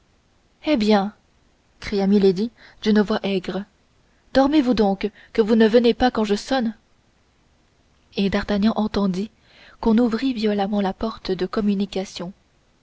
eh bien cria milady d'une voix aigre dormez-vous donc que vous ne venez pas quand je sonne et d'artagnan entendit qu'on ouvrit violemment la porte de communication